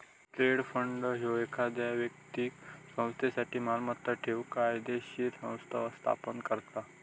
trust fund ह्यो एखाद्यो व्यक्तीक संस्थेसाठी मालमत्ता ठेवूक कायदोशीर संस्था स्थापन करता